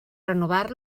renovar